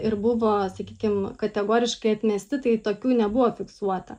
ir buvo sakykim kategoriškai atmesti tai tokių nebuvo fiksuota